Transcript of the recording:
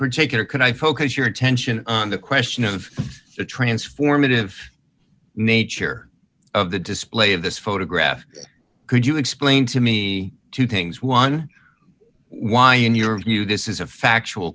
particular can i focus your attention on the question of the transformative nature of the display of this photograph could you explain to me two things one why in your view this is a factual